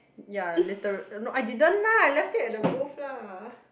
ya literal no I didn't lah I left it at the booth lah